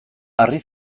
harri